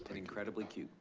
incredibly cute,